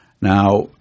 Now